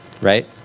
right